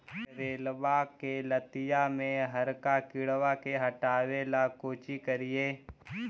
करेलबा के लतिया में हरका किड़बा के हटाबेला कोची करिए?